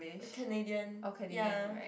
Canadian ya